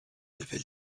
élever